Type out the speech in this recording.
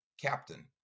captain